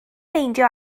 meindio